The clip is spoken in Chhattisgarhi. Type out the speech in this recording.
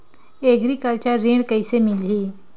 एग्रीकल्चर ऋण कइसे मिलही?